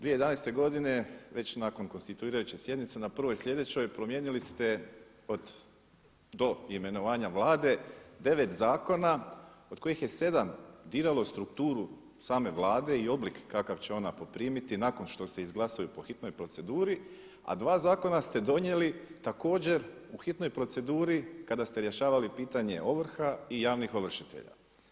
2011. godine već nakon konstituirajuće sjednice na prvoj sljedećoj promijenili ste od do imenovanja Vlade 9 zakona od kojih je 7 diralo strukturu same Vlade i oblik kakav će ona poprimiti nakon što se izglasaju po hitnom proceduri a dva zakona ste donijeli također u hitnoj proceduri kada ste rješavali pitanje ovrha i javnih ovršitelja.